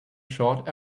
short